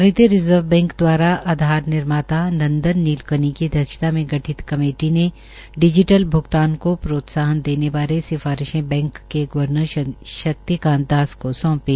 भारतीय reserve bank द्वारा आधार निर्माता नदंन नीलकणी की अध्यक्षता में गठित कमेटी ने डिजीटल भ्गतान को प्रोत्साहन देने बारे की सिफारिशें बैंक के गर्वनर शक्तिकांत दास को सौंपी